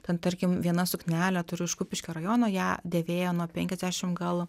ten tarkim viena suknelė turiu iš kupiškio rajono ją dėvėjo nuo penkiasdešim gal